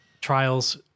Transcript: trials